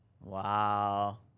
Wow